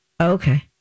Okay